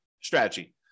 strategy